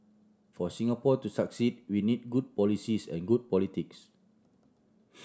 for Singapore to succeed we need good policies and good politics